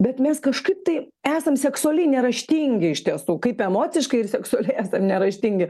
bet mes kažkaip tai esam seksualiai neraštingi iš tiesų kaip emociškai ir seksualiai neraštingi